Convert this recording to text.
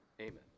Amen